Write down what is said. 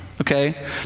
okay